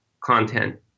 content